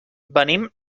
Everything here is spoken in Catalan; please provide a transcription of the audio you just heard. venim